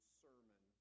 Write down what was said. sermon